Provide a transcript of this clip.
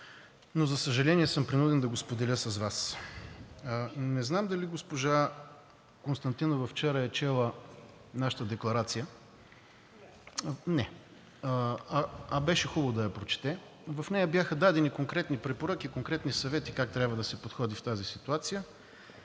но за съжаление, съм принуден да го споделя с Вас. Не знам дали госпожа Константинова вчера е чела нашата декларация? Не! А беше хубаво да я прочете. В нея бяха дадени конкретни препоръки, конкретни съвети как трябва да се подходи в тази ситуация,